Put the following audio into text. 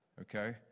okay